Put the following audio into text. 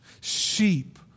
Sheep